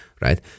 right